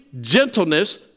gentleness